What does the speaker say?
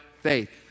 faith